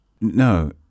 No